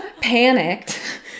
panicked